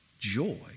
joy